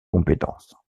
compétences